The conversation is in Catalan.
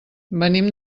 venim